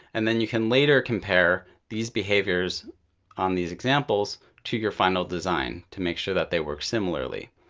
and then you can later compare these behaviors on these examples to your final design to make sure that they work similarly.